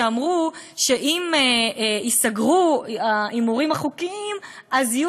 שאמרו שאם ייסגרו ההימורים החוקיים אז יהיו